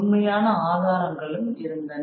உண்மையான ஆதாரங்களும் இருந்தன